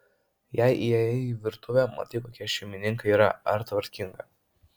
jei įėjai į virtuvę matai kokia šeimininkė yra ar tvarkinga